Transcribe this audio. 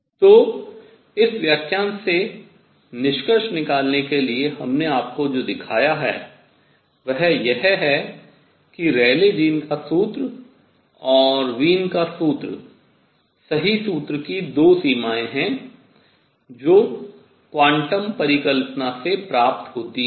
तो इस व्याख्यान से निष्कर्ष निकालने के लिए हमने आपको जो दिखाया है वह यह है कि रेले जीन का सूत्र और वीन का सूत्र सही सूत्र की 2 सीमाएँ हैं जो क्वांटम परिकल्पना से प्राप्त होती हैं